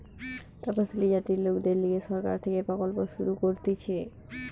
তপসিলি জাতির লোকদের লিগে সরকার থেকে প্রকল্প শুরু করতিছে